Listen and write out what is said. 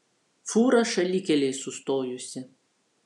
fūra šalikelėj sustojusi